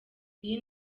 iyi